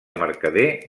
mercader